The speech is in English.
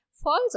Falls